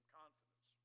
confidence